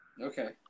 Okay